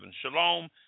Shalom